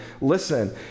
listen